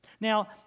Now